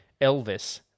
Elvis